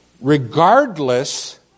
regardless